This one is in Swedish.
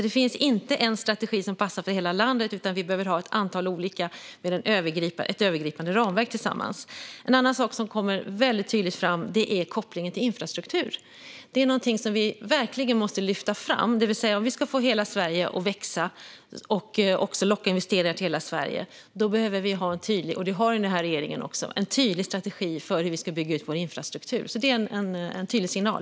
Det finns alltså inte en strategi som passar för hela landet, utan vi behöver ha ett antal olika - med ett övergripande ramverk. En annan sak som kommer fram väldigt tydligt är kopplingen till infrastruktur. Det är någonting vi verkligen måste lyfta fram. Om vi vill få hela Sverige att växa och även locka investerare till hela Sverige behöver vi ha en tydlig strategi för hur vi ska bygga ut vår infrastruktur, och det har den här regeringen. Det är alltså en tydlig signal.